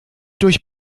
durch